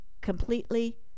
completely